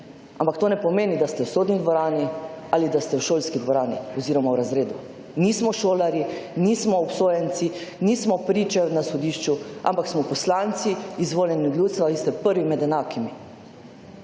ampak to ne pomeni, da ste v sodni dvorani ali da ste v šolski dvorani oziroma razredu. Nismo šolarji, nismo obsojenci, nismo priče na sodišču, ampak smo poslanci, izvoljeni od ljudstva, vi ste prvi med enakimi.